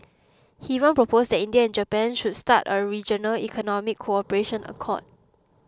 he even proposed that India and Japan should start a regional economic cooperation accord